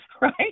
Right